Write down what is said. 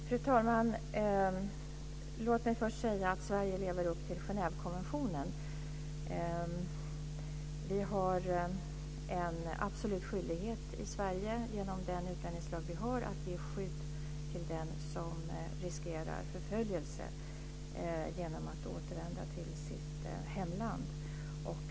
Fru talman! Låt mig först säga att Sverige lever upp till Genèvekonventionen. Vi har en absolut skyldighet i Sverige, genom den utlänningslag vi har, att ge skydd till den som riskerar förföljelse genom att återvända till sitt hemland.